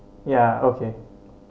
ya okay